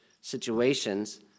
situations